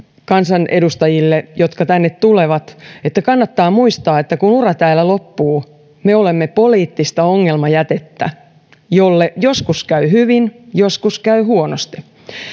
kansanedustajille jotka tänne tulevat että kannattaa muistaa että kun ura täällä loppuu me olemme poliittista ongelmajätettä jolle joskus käy hyvin joskus käy huonosti